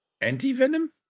anti-venom